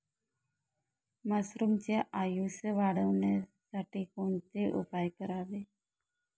मशरुमचे आयुष्य वाढवण्यासाठी कोणते उपाय करावेत?